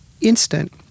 instant